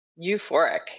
euphoric